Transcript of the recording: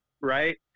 right